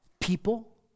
people